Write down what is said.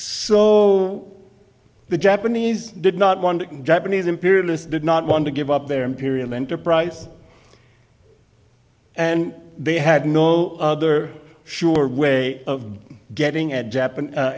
so the japanese did not want japanese imperialists did not want to give up their imperial enterprise and they had no other sure way of getting at japanese